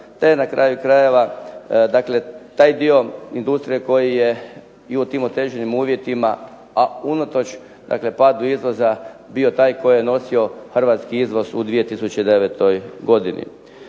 te na kraju krajeva dakle taj industrije koji je i u tim otežanim uvjetima a unatoč dakle padu izvoza bio taj koji je nosio hrvatski izvoz u 2009. godini.